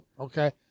okay